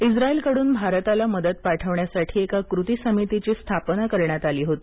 इस्रायलकडून भारताला मदत पाठवण्यासाठी एका कृती समितीची स्थापना करण्यात आली होती